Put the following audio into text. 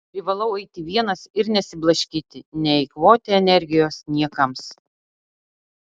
privalau eiti vienas ir nesiblaškyti neeikvoti energijos niekams